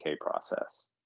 process